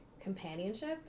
companionship